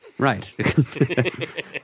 Right